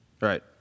right